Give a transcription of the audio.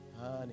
Honey